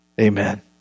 Amen